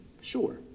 Sure